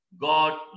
God